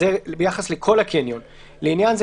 לעניין זה,